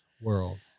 world